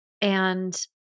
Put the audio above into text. And-